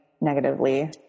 negatively